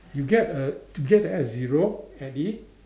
you get a to get to add a zero at it